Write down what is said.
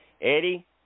Eddie